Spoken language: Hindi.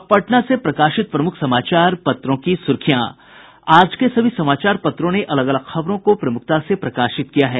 अब पटना से प्रकाशित प्रमुख समाचार पत्रों की सुर्खियां आज के सभी समाचार पत्रों ने अलग अलग खबरों को प्रमुखता से प्रकाशित किया है